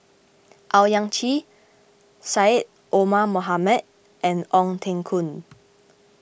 Owyang Chi Syed Omar Mohamed and Ong Teng Koon